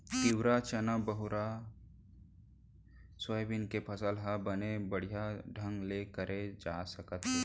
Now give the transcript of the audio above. तिंवरा, चना, बहुरा, सोयाबीन के फसल ह बने बड़िहा ढंग ले करे जा सकत हे